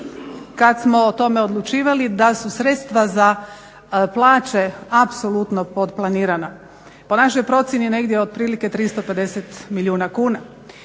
kad smo o tome odlučivali da su sredstva za plaće apsolutno potplanirana. Po našoj procjeni negdje otprilike 350 milijuna kuna.